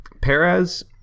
Perez